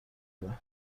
گیره